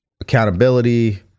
accountability